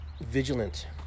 vigilant